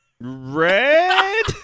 Red